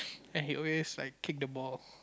and he always like kick the ball